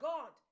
God